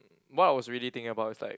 what I was really think about is like